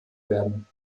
werden